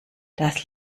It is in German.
das